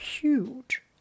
huge